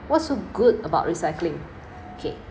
whats so good about recycling okay